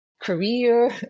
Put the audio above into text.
career